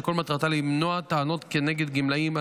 שכל מטרתה למנוע טענות כנגד גמלאים,